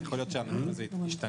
אז יכול להיות שהנתון הזה ישתנה.